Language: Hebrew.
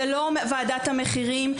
זאת לא ועדת המחירים,